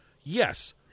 yes